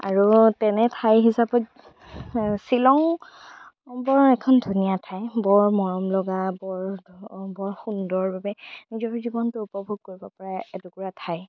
আৰু তেনে ঠাই হিচাপত শ্বিলং বৰ এখন ধুনীয়া ঠাই বৰ মৰমলগা বৰ বৰ সুন্দৰভাৱে নিজৰ জীৱনটো উপভোগ কৰিবপৰা এটুকুৰা ঠাই